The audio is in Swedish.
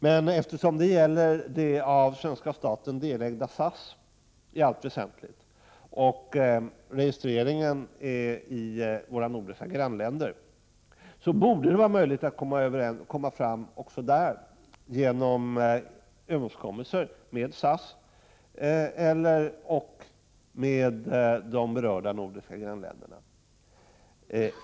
Men eftersom det i allt väsentligt gäller det av svenska staten delägda SAS, och registreringen är gjord i våra nordiska grannländer, borde det vara möjligt att komma fram till en lösning också där genom överenskommelse med SAS och med de berörda nordiska grannländerna.